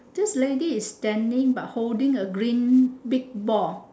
this lady is standing but holding a green big ball